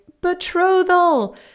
betrothal